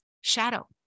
shadow